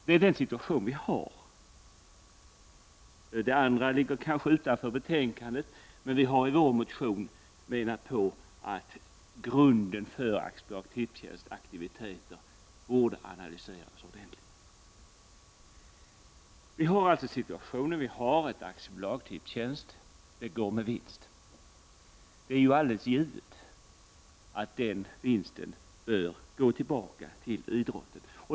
Det kanske ligger utanför vad som tas upp i betänkandet, men vi har i vår motion föreslagit att grunden för AB Tipstjänsts aktiviteter borde analyseras ordentligt. Vi har alltså en situation där det finns ett aktiebolag, Tipstjänst, som går med vinst. Det är ju alldeles givet att den vinsten bör gå tillbaka till idrotten.